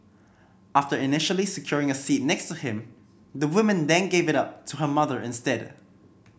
after initially securing a seat next to him the woman then give it up to her mother instead